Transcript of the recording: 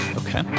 okay